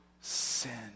sin